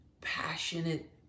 passionate